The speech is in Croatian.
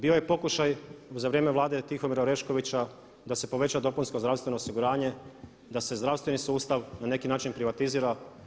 Bio je pokušaj za vrijeme Vlade Tihomira Oreškovića da se poveća dopunsko zdravstveno osiguranje, da se zdravstveni sustav na neki način privatizira.